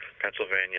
Pennsylvania